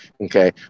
Okay